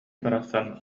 барахсан